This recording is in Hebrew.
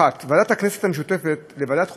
אחת היא ועדת הכנסת המשותפת לוועדת החוקה,